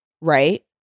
Right